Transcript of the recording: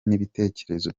n’ibitekerezo